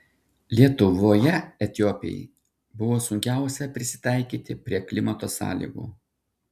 lietuvoje etiopei buvo sunkiausia prisitaikyti prie klimato sąlygų